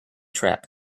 trap